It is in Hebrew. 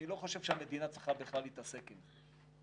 אני לא חושב שהמדינה צריכה בכלל להתעסק עם זה.